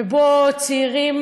ואליו צעירים